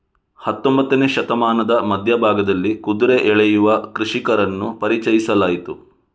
ಹತ್ತೊಂಬತ್ತನೇ ಶತಮಾನದ ಮಧ್ಯ ಭಾಗದಲ್ಲಿ ಕುದುರೆ ಎಳೆಯುವ ಕೃಷಿಕರನ್ನು ಪರಿಚಯಿಸಲಾಯಿತು